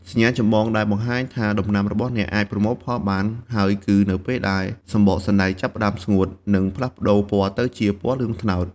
សញ្ញាចម្បងដែលបង្ហាញថាដំណាំរបស់អ្នកអាចប្រមូលផលបានហើយគឺ នៅពេលដែលសំបកសណ្ដែកចាប់ផ្ដើមស្ងួត និងផ្លាស់ប្ដូរពណ៌ទៅជាពណ៌លឿងត្នោត។